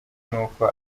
nuko